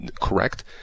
correct